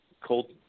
cold